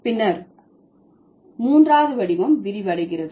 பின்னர் மூன்றாவது வடிவம் விரிவடைகிறது